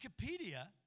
Wikipedia